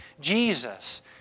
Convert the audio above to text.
Jesus